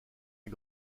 est